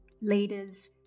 leaders